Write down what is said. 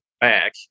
back